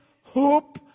hope